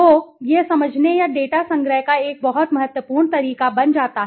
तो यह समझने या डेटा संग्रह का एक बहुत महत्वपूर्ण तरीका बन जाता है